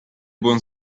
buon